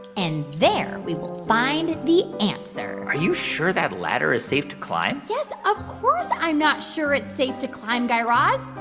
and there we will find the answer are you sure that ladder is safe to climb? yes, of course i'm not sure it's safe to climb, guy raz.